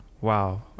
wow